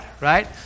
right